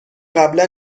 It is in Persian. قبلا